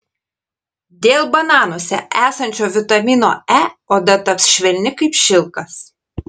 dėl bananuose esančio vitamino e oda taps švelni kaip šilkas